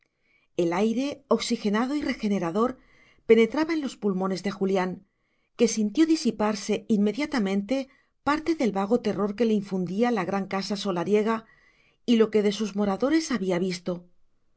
el aire oxigenado y regenerador penetraba en los pulmones de julián que sintió disiparse inmediatamente parte del vago terror que le infundía la gran casa solariega y lo que de sus moradores había visto